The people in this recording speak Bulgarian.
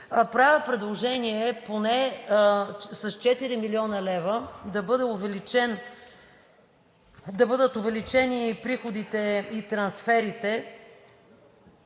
правя предложение поне с 4 млн. лв. да бъдат увеличени приходите и трансферите